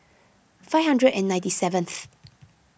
five hundred and ninety seventh